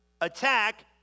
Attack